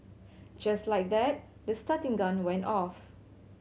just like that the starting gun went off